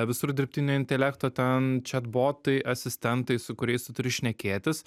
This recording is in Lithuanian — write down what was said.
visur dirbtinio intelekto ten chatbotai asistentai su kuriais tu turi šnekėtis